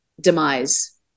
demise